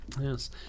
Yes